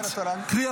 קרי,